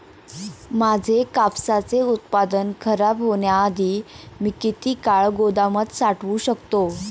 माझे कापसाचे उत्पादन खराब होण्याआधी मी किती काळ गोदामात साठवू शकतो?